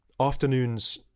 Afternoons